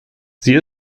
sie